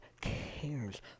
cares